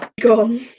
Gone